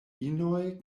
inoj